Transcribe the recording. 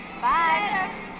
bye